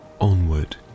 Onward